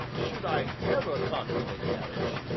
should i ever contemplate marriage,